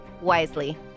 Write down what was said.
wisely